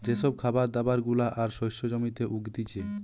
যে সব খাবার দাবার গুলা আর শস্য জমিতে উগতিচে